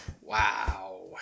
Wow